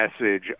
message